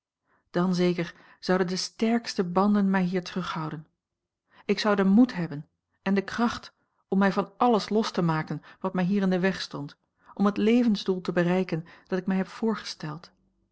dan zeker zouden de sterkste banden mij hier terughouden ik zou den moed hebben en de kracht om mij van alles los te maken wat mij hier in den weg stond om het levensdoel te bereiken dat ik mij heb voorgesteld